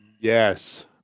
Yes